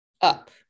up